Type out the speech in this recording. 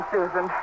Susan